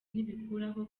ntibikuraho